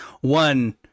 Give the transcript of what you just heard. one